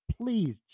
Please